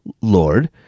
Lord